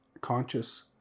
conscious